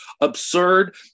absurd